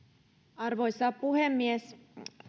arvoisa puhemies